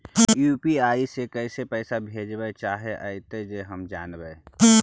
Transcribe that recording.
UPI से कैसे पैसा भेजबय चाहें अइतय जे हम जानबय?